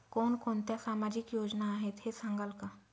कोणकोणत्या सामाजिक योजना आहेत हे सांगाल का?